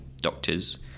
doctors